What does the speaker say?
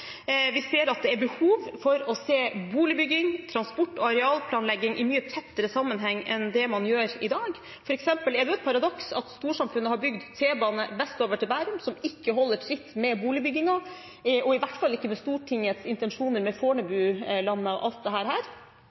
er behov for å se boligbygging og transport- og arealplanlegging i mye tettere sammenheng enn det man gjør i dag. For eksempel er det et paradoks at storsamfunnet har bygd T-bane vestover til Bærum som ikke holder tritt med boligbyggingen, og i hvert fall ikke med Stortingets intensjoner om Fornebulandet, mens det i motsatt retning bygges boliger, men ikke bane. Dette må ordnes, det